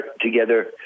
together